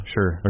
Sure